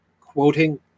quoting